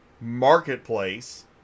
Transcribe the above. marketplace